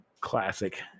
classic